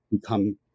become